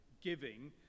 giving